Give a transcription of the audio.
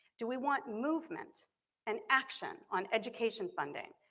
do we want movement and action on education funding,